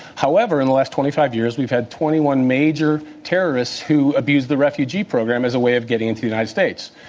however, in the last twenty five years we've had twenty one major terrorists who abused the refugee program as a way of getting into the united states.